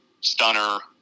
Stunner